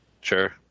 Sure